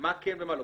מה כן ומה לא.